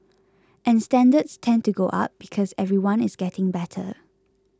and standards tend to go up because everyone is getting better